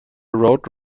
road